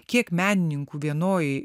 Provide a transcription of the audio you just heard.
kiek menininkų vienoj